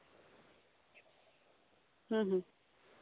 ᱦᱩᱸ ᱦᱩᱸ